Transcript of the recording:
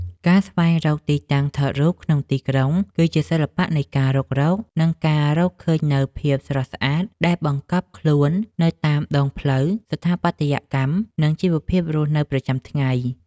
ការស្វែងរកទីតាំងថតរូបក្នុងទីក្រុង គឺជាសិល្បៈនៃការរុករក និងការរកឃើញនូវភាពស្រស់ស្អាតដែលបង្កប់ខ្លួននៅតាមដងផ្លូវ ស្ថាបត្យកម្ម និងជីវភាពរស់នៅប្រចាំថ្ងៃ។